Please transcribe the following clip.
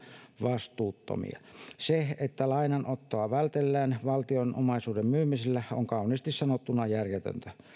vastuuttomia se että lainanottoa vältellään valtion omaisuuden myymisellä on kauniisti sanottuna järjetöntä